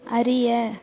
அறிய